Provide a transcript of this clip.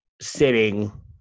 sitting